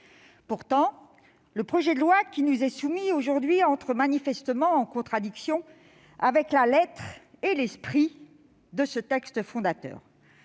Pourtant, le projet de loi qui nous est soumis aujourd'hui entre manifestement en contradiction avec la lettre et l'esprit de ce texte fondateur.